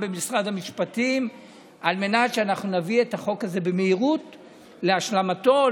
במשרד המשפטים על מנת שנביא את החוק הזה במהירות להשלמתו,